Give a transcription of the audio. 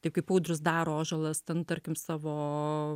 taip kaip audrius daro ąžuolas ten tarkim savo